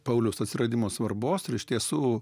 pauliaus atsiradimo svarbos ir iš tiesų